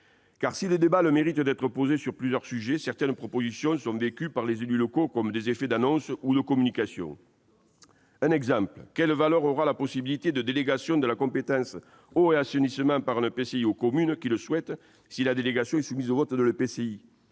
car, si le débat a le mérite d'être posé sur plusieurs sujets, certaines propositions sont perçues par les élus locaux comme des effets d'annonce ou de communication. Par exemple, quelle valeur aura la possibilité, pour un EPCI, de déléguer la compétence eau et assainissement aux communes qui le souhaitent, si cette délégation est soumise au vote de